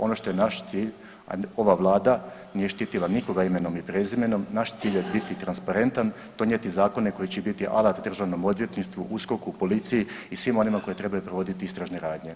Ono što je naš cilj ova vlada nije štitila nikoga imenom i prezimenom, naš cilj je biti transparentan, donijeti zakone koji će biti alat DORH-u, USKOK-u, policiji i svima onima koji trebaju provoditi istražne radnje.